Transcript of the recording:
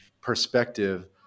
perspective